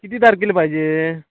किती तारखेला पाहिजे